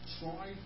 try